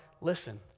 Listen